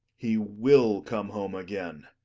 he will come home again.